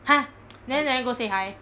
!huh! then never go say hi